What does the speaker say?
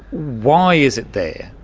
why is it there,